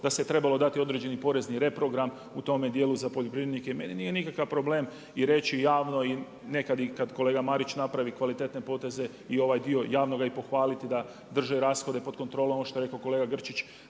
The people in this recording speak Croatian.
Da se trebalo dati određeni porezni reprogram u tome dijelu za poljoprivrednike. Meni nije nikakav problem i reći javno i nekad kad kolega Marić napravi kvalitetne poteze i ovaj dio javnoga i pohvaliti da drži rashode pod kontrolom, ono što je rekao kolega Grčić,